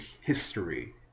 history